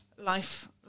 life